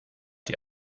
die